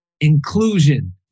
Inclusion